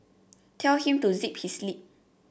tell him to zip his lip